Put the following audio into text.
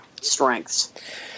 strengths